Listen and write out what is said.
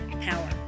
power